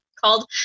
called